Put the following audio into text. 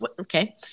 okay